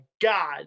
God